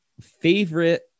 favorite